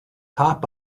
pop